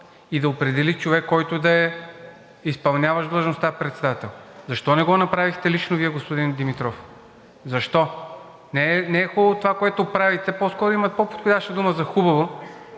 и да определи човек, който да е изпълняващ длъжността председател. Защо не го направихте лично Вие, господин Димитров? Защо? Не е хубаво това, което правите. По-скоро има по-подходяща дума за „хубаво“,